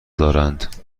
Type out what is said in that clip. دارند